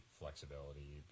flexibility